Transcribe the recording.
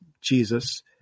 Jesus